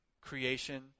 creation